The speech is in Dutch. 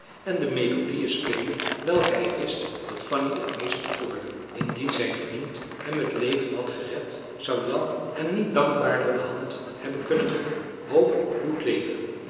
en de melodieën spelen welke hij wist dat fanny het meest bekoorden indien zijn vriend hem het leven had gered zou jan hem niet dankbaarder de hand hebben kunnen drukken hoop doet leven